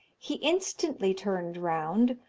he instantly turned round,